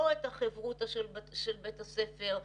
לא את החברותא של בית הספר.